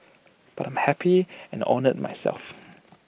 but I'm happy and honoured myself